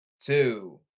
Two